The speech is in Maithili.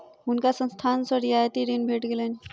हुनका संस्थान सॅ रियायती ऋण भेट गेलैन